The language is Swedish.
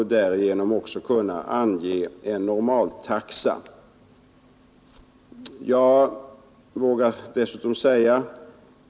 Därmed skall man även kunna ange en normaltaxa.